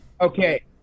Okay